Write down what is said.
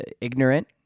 ignorant